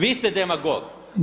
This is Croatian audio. Vi ste demagog!